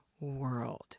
world